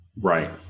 Right